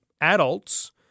adults